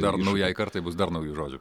dar naujai kartai bus dar naujų žodžių